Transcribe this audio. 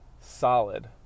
solid